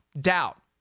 doubt